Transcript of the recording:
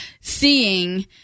seeing